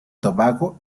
tobago